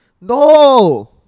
No